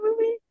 movie